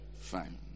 Fine